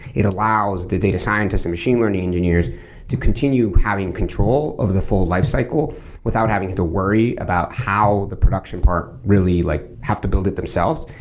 it allows the data scientist and machine learning engineers to continue having control over the full lifecycle without having to to worry about how the production part really like have to build it themselves.